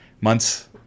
Months